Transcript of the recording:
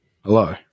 hello